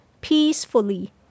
peacefully